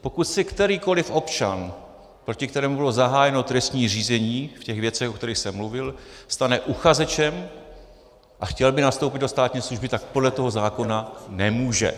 Pokud se kterýkoli občan, proti kterému bylo zahájeno trestní řízení v těch věcech, o kterých jsem mluvil, stane uchazečem a chtěl by nastoupit do státní služby, tak podle toho zákona nemůže.